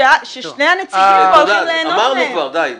ששני הנציגים פה הולכים ליהנות מהם,